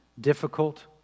difficult